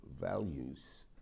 values